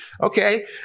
Okay